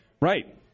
Right